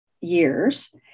years